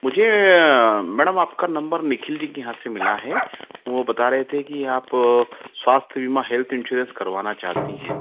मुझे मैडम आपका नंबर निखिल जी के यहाँ से मिला है वो बता रहे थे कि आप स्वास्थ्य बीमा हेल्थ इंटरेस्ट करवाना चाहती हैं